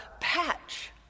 patch